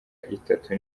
itatu